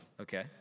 Okay